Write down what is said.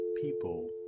people